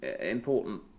important